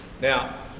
Now